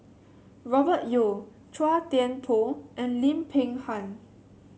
Robert Yeo Chua Thian Poh and Lim Peng Han